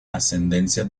ascendencia